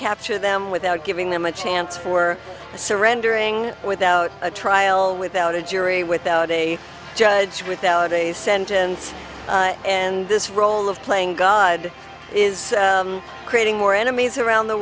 capture them without giving them a chance for surrendering without a trial without a jury without a judge without a sentence and this role of playing god is creating more enemies around the